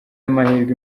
amahirwe